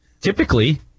typically